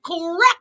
correct